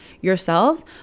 yourselves